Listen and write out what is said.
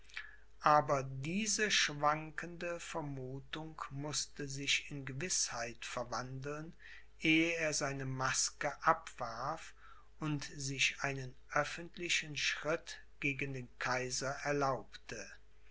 aber diese schwankende vermuthung mußte sich in gewißheit verwandeln ehe er seine maske abwarf und sich einen öffentlichen schritt gegen den kaiser erlaubte